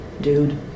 dude